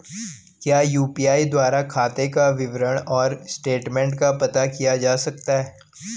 क्या यु.पी.आई द्वारा खाते का विवरण और स्टेटमेंट का पता किया जा सकता है?